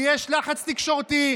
ויש לחץ תקשורתי,